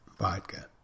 vodka